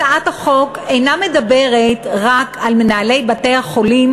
הצעת החוק אינה מדברת רק על מנהלי בתי-החולים